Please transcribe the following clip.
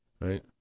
right